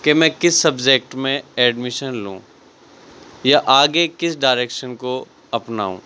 کہ میں کس سبجیکٹ میں ایڈمیشن لوں یا آگے کس ڈائریکشن کو اپناؤں